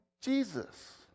Jesus